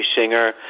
singer